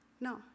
No